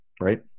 Right